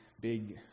big